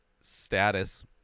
status